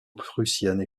prussienne